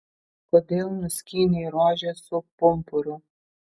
kodėl nuskynei rožę su pumpuru